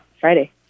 Friday